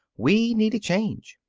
we need a change.